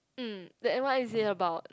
mm then what is it about